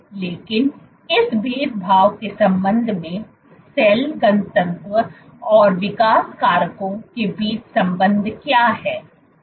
लेकिन इस भेदभाव के संबंध में सेल घनत्व और विकास कारकों के बीच संबंध क्या है